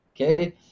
okay